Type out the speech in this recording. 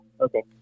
Okay